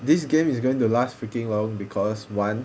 this game is going to last freaking long because one